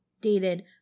dated